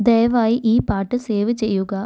ദയവായി ഈ പാട്ട് സേവ് ചെയ്യുക